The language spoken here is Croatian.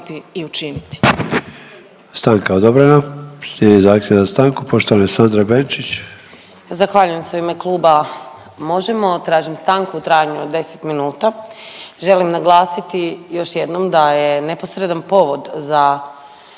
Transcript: Stanka odobrena. Slijedi zahtjev za stankom poštovane Sandre Benčić.